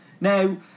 Now